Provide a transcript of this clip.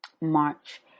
March